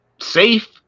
safe